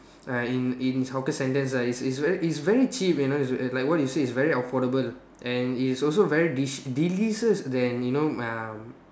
uh in in hawker centres right it's very it's very cheap you know it's like what you said it's very affordable and it's also very dish delicious than you know um